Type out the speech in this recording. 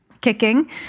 kicking